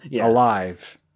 alive